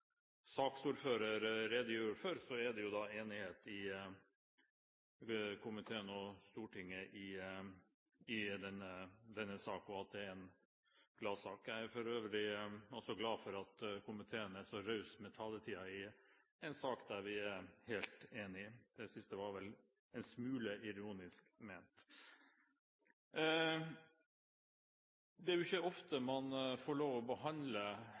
at det er en gladsak. Jeg er for øvrig også glad for at komiteen er så raus med taletiden i en sak der vi er helt enige – det siste var vel en smule ironisk ment. Det er jo ikke ofte man får lov å behandle